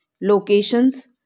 locations